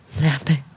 napping